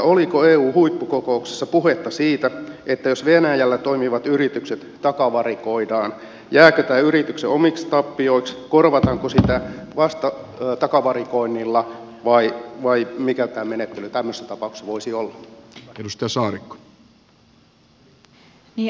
oliko eu huippukokouksessa puhetta siitä että jos venäjällä toimivat yritykset takavarikoidaan jääkö tämä yrityksen omiksi tappioiksi korvataanko sitä vastatakavarikoinnilla vai mikä tämä menettely tämmöisessä tapauksessa voisi olla